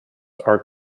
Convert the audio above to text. are